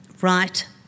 right